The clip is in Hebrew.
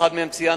ואחד מהם ציינת,